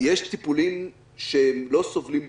יש טיפולים שלא סובלים דיחוי.